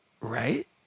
Right